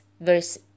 verse